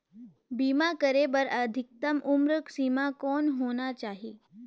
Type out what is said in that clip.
बीमा करे बर अधिकतम उम्र सीमा कौन होना चाही?